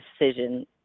decision